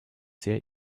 sehr